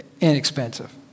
inexpensive